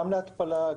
גם להתפלה,